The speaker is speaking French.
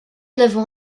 n’avons